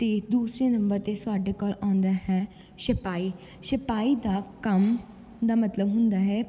ਅਤੇ ਦੂਸਰੇ ਨੰਬਰ 'ਤੇ ਸਾਡੇ ਕੋਲ ਆਉਂਦਾ ਹੈ ਛਪਾਈ ਛਪਾਈ ਦਾ ਕੰਮ ਦਾ ਮਤਲਬ ਹੁੰਦਾ ਹੈ